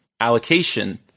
allocation